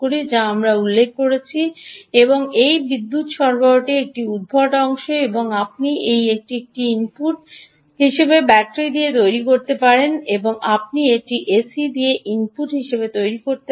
যা আমরা উল্লেখ করেছি যে এই বিদ্যুৎ সরবরাহটি একটি উদ্ভট অংশ এবং আপনি এটি একটি ইনপুট হিসাবে ব্যাটারি দিয়ে তৈরি করতে পারেন আপনি এটি এসি দিয়ে একটি ইনপুট হিসাবে তৈরি করতে পারেন